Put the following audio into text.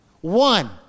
One